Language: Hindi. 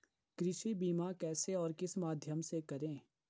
कृषि बीमा कैसे और किस माध्यम से करें?